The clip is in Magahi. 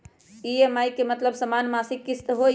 ई.एम.आई के मतलब समान मासिक किस्त होहई?